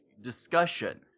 discussion